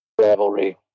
rivalry